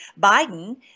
Biden